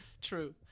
True